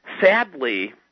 sadly